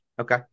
Okay